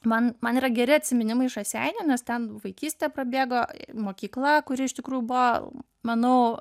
man man yra geri atsiminimai iš raseinių nes ten vaikystė prabėgo mokykla kuri iš tikrųjų buvo manau